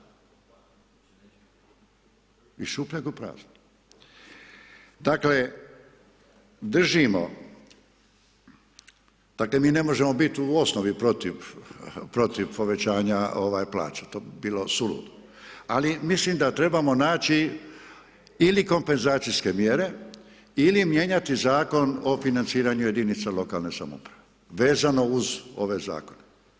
Dakle, držimo, dakle mi ne možemo biti u osnovi protiv, protiv povećanja plaća, to bi bilo suludo, ali mislim da trebamo naći ili kompenzacijske mjere ili mijenjati Zakon o financiranju jedinica lokalne samouprave vezano uz ove zakone.